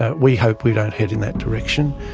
ah we hope we don't head and that direction,